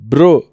Bro